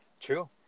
true